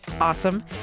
awesome